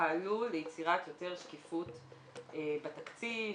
פעל ליצירת יותר שקיפות בתקציב,